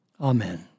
Amen